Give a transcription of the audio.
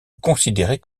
considérés